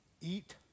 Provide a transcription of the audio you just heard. Eat